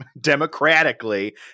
democratically